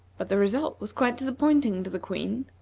but the result was quite disappointing to the queen.